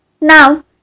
now